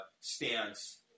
stance